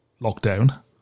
lockdown